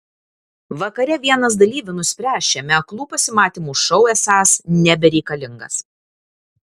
vakare vienas dalyvių nuspręs šiame aklų pasimatymų šou esąs nebereikalingas